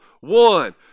one